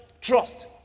trust